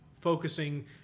focusing